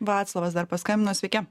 vaclovas dar paskambino sveiki